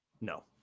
No